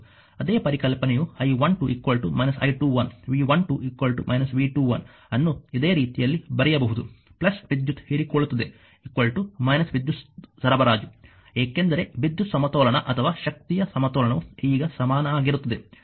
ಅದೇ ಪರಿಕಲ್ಪನೆಯು I12 − I21 V12 − V21 ಅನ್ನು ಇದೇ ರೀತಿಯಲ್ಲಿ ಬರೆಯಬಹುದು ವಿದ್ಯುತ್ ಹೀರಿಕೊಳ್ಳುತ್ತದೆ − ವಿದ್ಯುತ್ ಸರಬರಾಜು ಏಕೆಂದರೆ ವಿದ್ಯುತ್ ಸಮತೋಲನ ಅಥವಾ ಶಕ್ತಿಯ ಸಮತೋಲನವು ಈಗ ಸಮನಾಗಿರುತ್ತದೆ